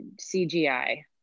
CGI